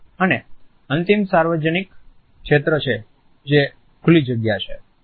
અને અંતિમ સાર્વજનિક ક્ષેત્ર છે જે ખુલ્લી જગ્યા છે